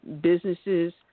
businesses